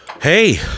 Hey